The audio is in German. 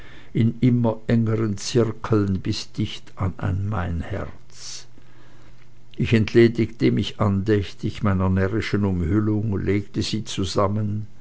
in immer engeren zirkeln bis dicht an mein herz ich entledigte mich andächtig meiner närrischen umhüllung legte sie zusammen